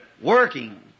working